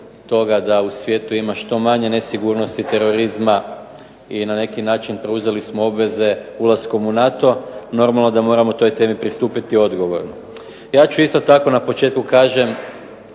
da u svijetu ima što manje nesigurnosti i terorizma i na neki način preuzeli smo obveze ulaskom u NATO normalno da moramo toj temi pristupiti odgovorno. Ja ću isto tako na početku kažem